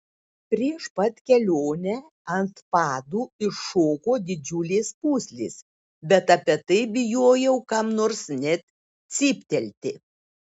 prieš pat kelionę ant padų iššoko didžiulės pūslės bet apie tai bijojau kam nors net cyptelti